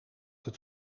het